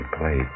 played